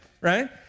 right